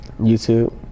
YouTube